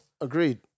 Agreed